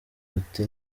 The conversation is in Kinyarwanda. ruti